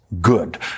good